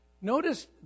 Notice